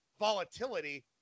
volatility